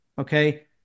okay